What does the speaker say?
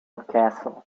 castle